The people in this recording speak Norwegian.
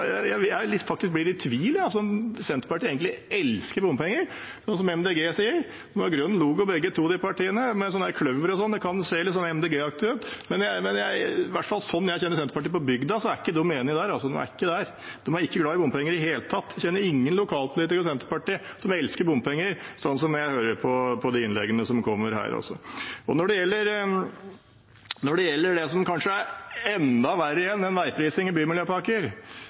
Jeg blir faktisk litt i tvil jeg og lurer på om Senterpartiet egentlig elsker bompenger, slik MDG sier. Begge partiene har grønn logo, og kløver og slikt kan se litt MDG-aktig ut. Men som jeg kjenner Senterpartiet på bygda, er ikke de enige der. De er ikke der. De er ikke glade i bompenger i det hele tatt. Jeg kjenner ingen lokalpolitikere i Senterpartiet som elsker bompenger, slik jeg hører av innleggene her. Så til noe som kanskje er enda verre enn bymiljøpakker og veiprising, det er omtrent like ille, men man erstatter ikke noe som er urettferdig og dårlig med noe som er enda verre.